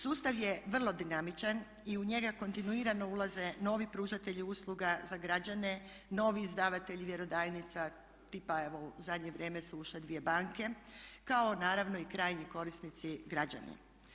Sustav je vrlo dinamičan i u njega kontinuirano ulaze novi pružatelji usluga za građane, novi izdavatelji vjerodajnica tipa evo u zadnje vrijeme su ušle dvije banke kao naravno i krajnji korisnici građani.